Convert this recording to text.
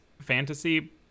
fantasy